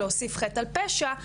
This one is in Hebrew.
חטא על פשע,